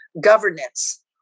governance